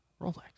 Rolex